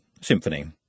symphony